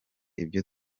ibyo